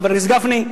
חבר הכנסת גפני,